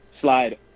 slide